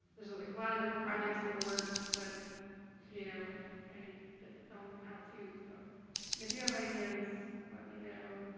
there's like a different projects in the works that you know are trying to get the film out too. so and if you have ideas, let me know.